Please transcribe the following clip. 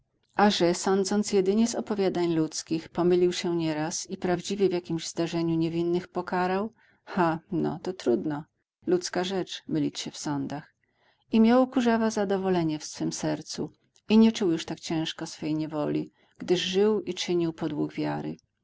sądząc jedynie z opowiadań ludzkich pomylił się nieraz i prawdziwie w jakimś zdarzeniu niewinnych pokarał ha no to trudno ludzka rzecz mylić się w sądach i miał kurzawa zadowolenie w swem sercu i nie czuł już tak ciężko swej niewoli gdyż żył i czynił podług wiary